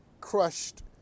crushed